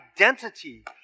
identity